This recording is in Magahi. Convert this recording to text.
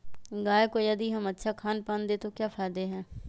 गाय को यदि हम अच्छा खानपान दें तो क्या फायदे हैं?